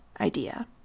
idea